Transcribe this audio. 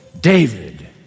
David